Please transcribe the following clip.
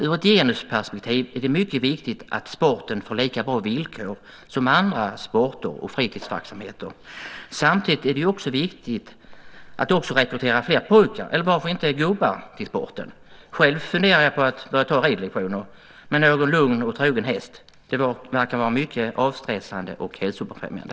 Ur ett genusperspektiv är det mycket viktigt att sporten får lika bra villkor som andra sporter och fritidsverksamheter. Samtidigt är det viktigt att också rekrytera fler pojkar, eller varför inte gubbar, till sporten. Själv funderar jag på att börja ta ridlektioner med någon lugn och trogen häst. Det verkar vara mycket avstressande och hälsobefrämjande.